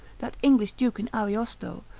that english duke in ariosto,